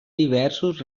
diversos